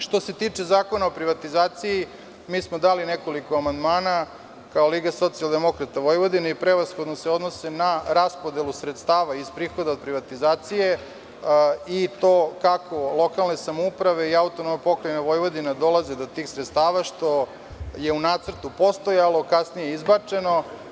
Što se tiče Zakona o privatizaciji, mi smo dali nekoliko amandmana kao Liga socijaldemokrata Vojvodine i prevashodno se odnose na raspodelu sredstava iz prihoda od privatizacije, i to kako lokalne samouprave i Autonomna Pokrajina Vojvodina dolaze do tih sredstava, što je u Nacrtu postojalo, kasnije izbačeno.